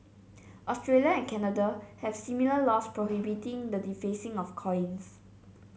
Australia and Canada have similar laws prohibiting the defacing of coins